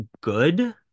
good